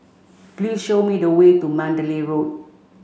please show me the way to Mandalay Road